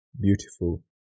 Beautiful